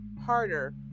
harder